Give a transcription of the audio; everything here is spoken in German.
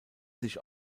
sich